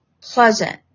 pleasant